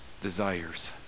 desires